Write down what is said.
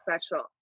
special